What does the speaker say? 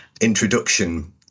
introduction